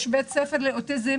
יש בית ספר לילדים אוטיסטים